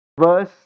verse